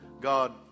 God